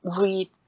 read